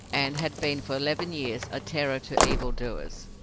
and had been for eleven years a terror to evil-doers.